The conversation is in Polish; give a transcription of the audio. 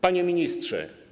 Panie Ministrze!